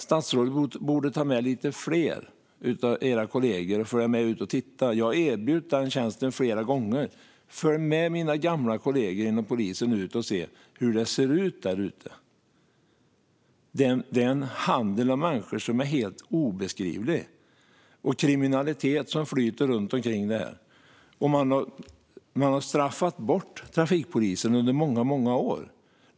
Statsrådet borde ta med lite fler av sina kollegor ut och titta. Jag har erbjudit den tjänsten flera gånger. Följ med mina gamla kollegor inom polisen och se hur det ser ut där ute! Det är en handel av människor som är helt obeskrivlig och en kriminalitet som flyter runt omkring det här. Man har straffat bort trafikpolisen under många år.